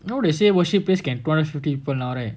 you know they say worship place can two hundred fifty people now right